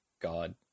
God